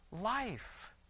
life